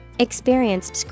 Experienced